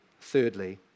Thirdly